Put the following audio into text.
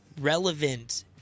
relevant